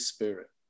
Spirit